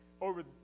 Over